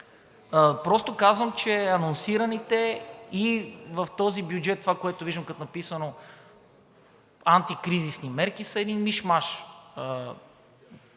Просто казвам, че анонсираните и в този бюджет – това, което виждам като написани „Антикризисни мерки“, са един миш-маш.